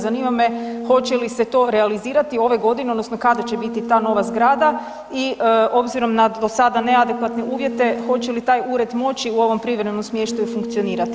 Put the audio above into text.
Zanima me hoće li se to realizirati ove godine odnosno kada će biti ta nova zgrada i obzirom na do sada neadekvatne uvjete hoće li taj ured moći u ovom privremenom smještaju funkcionirati?